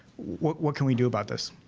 what what can we do about this?